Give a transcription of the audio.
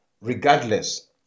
regardless